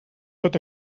tot